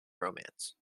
romance